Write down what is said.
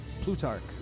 Plutarch